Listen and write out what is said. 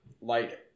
light